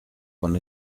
con